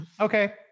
Okay